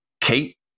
Kate